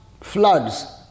floods